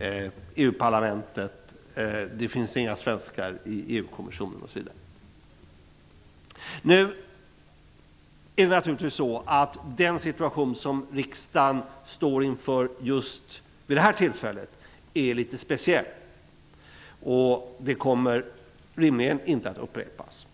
i EU-parlamentet och det finns inga svenskar i EU-kommissionen osv. Den situation som riksdagen står inför vid det här tillfället är litet speciell. Den kommer rimligen inte att upprepas.